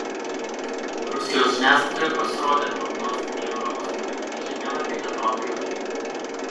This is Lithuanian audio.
rusijos žiniasklaidoje pasirodę prognostiniai europos politiniai žemėlapiai atrodo juokingai